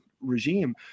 regime